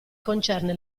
concerne